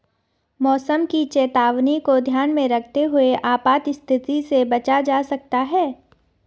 मौसम की चेतावनी को ध्यान में रखते हुए आपात स्थिति से बचा जा सकता है